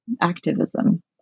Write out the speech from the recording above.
activism